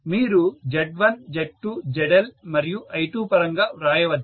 మీరు Z1Z2ZL మరియు I2 పరంగా వ్రాయవచ్చు